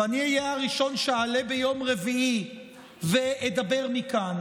ואני אהיה הראשון שאעלה ביום רביעי ואדבר מכאן,